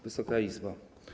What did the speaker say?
Wysoka Izbo!